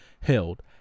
held